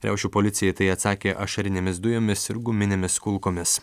riaušių policija į tai atsakė ašarinėmis dujomis ir guminėmis kulkomis